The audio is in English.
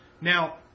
Now